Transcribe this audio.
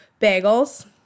Bagels